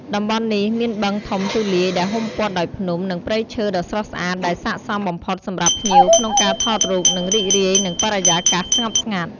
តំបន់នេះមានបឹងធំទូលាយដែលហ៊ុំព័ទ្ធដោយភ្នំ និងព្រៃឈើដ៏ស្រស់ស្អាត ដែលស័ក្តិសមបំផុតសម្រាប់ភ្ញៀវក្នុងការថតរូប និងរីករាយនឹងបរិយាកាសស្ងប់ស្ងាត់។